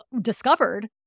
discovered